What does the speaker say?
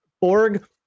Borg